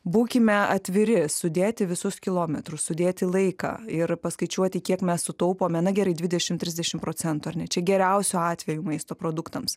būkime atviri sudėti visus kilometrus sudėti laiką ir paskaičiuoti kiek mes sutaupome na gerai dvidešim trisdešim procentų ar ne čia geriausiu atveju maisto produktams